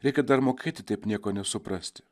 reikia dar mokėti taip nieko nesuprasti